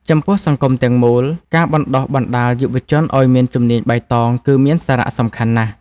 ចំពោះសង្គមទាំងមូល ការបណ្ដុះបណ្ដាលយុវជនឱ្យមានជំនាញបៃតងគឺមានសារៈសំខាន់ណាស់។